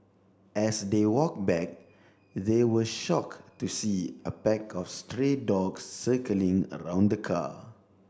as they walk back they were shock to see a pack of stray dogs circling around the car